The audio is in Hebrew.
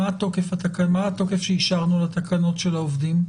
מה התוקף שאישרנו בתקנות של העובדים?